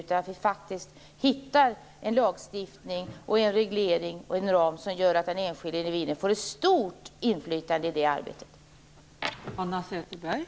Vi måste försöka finna en lagstiftning, en reglering och en ram som gör att den enskilde individen får ett stort inflytande i detta arbete.